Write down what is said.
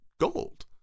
gold